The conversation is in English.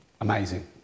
amazing